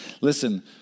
listen